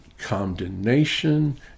condemnation